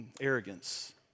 Arrogance